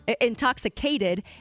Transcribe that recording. intoxicated